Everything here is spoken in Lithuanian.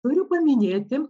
turiu paminėti